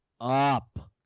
up